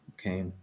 okay